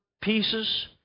pieces